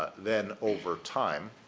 then, over time,